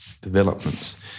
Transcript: developments